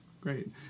Great